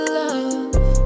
love